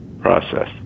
process